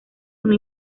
una